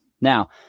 Now